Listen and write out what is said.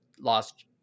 lost